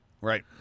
Right